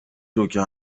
روکه